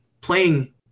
playing